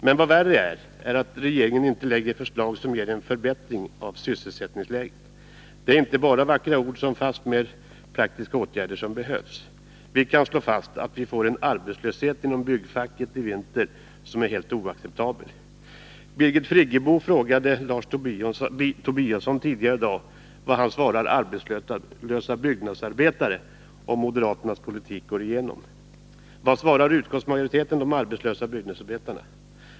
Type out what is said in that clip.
Men värre är att regeringen inte lägger fram förslag som ger en förbättring av sysselsättningsläget. Det är inte vackra ord utan praktiska åtgärder som behövs. Vi kan slå fast att vi får en arbetslöshet inom byggfacket i vinter som är helt oacceptabel. Birgit Friggebo frågade tidigare i dag Lars Tobisson vad han svarar arbetslösa byggnadsarbetare om moderaternas politik går igenom. Vad svarar utskottsmajoriteten de arbetslösa byggnadsarbetarna?